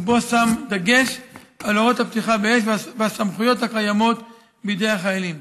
ובו שם דגש על הוראות הפתיחה באש והסמכויות הקיימות בידי החיילים.